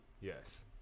Yes